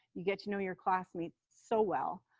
you get to know your classmates so well.